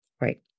right